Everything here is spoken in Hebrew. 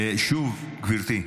שוב, גברתי.